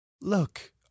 Look